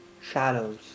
shadows